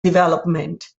development